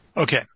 Okay